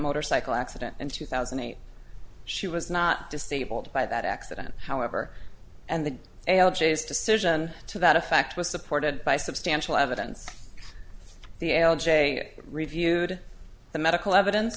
motorcycle accident in two thousand and eight she was not disabled by that accident however and the algaes decision to that effect was supported by substantial evidence the l j reviewed the medical evidence